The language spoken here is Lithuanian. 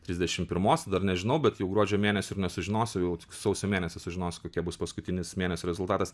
trisdešim pirmos dar nežinau bet jau gruodžio mėnesį ir nesužinosiu jau tik sausio mėnesį sužinosiu kokie bus paskutinis mėnesio rezultatas